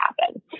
happen